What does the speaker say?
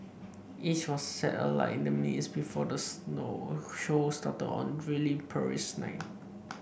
each was set alight in the minutes before the slow shows started on a drily Paris night